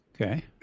okay